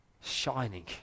Shining